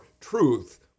Truth